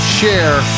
share